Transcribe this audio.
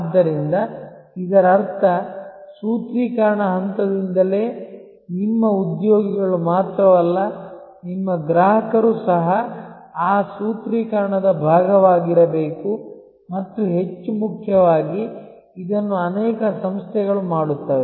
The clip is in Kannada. ಆದ್ದರಿಂದ ಇದರರ್ಥ ಸೂತ್ರೀಕರಣ ಹಂತದಿಂದಲೇ ನಿಮ್ಮ ಉದ್ಯೋಗಿಗಳು ಮಾತ್ರವಲ್ಲ ನಿಮ್ಮ ಗ್ರಾಹಕರು ಸಹ ಆ ಸೂತ್ರೀಕರಣದ ಭಾಗವಾಗಿರಬೇಕು ಮತ್ತು ಹೆಚ್ಚು ಮುಖ್ಯವಾಗಿ ಇದನ್ನು ಅನೇಕ ಸಂಸ್ಥೆಗಳು ಮಾಡುತ್ತವೆ